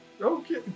Okay